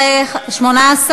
להעביר את הצעת חוק הכנסת (תיקון מס' 42) (שקיפות בעבודת שדלנים),